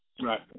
Right